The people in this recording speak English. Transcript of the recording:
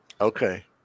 Okay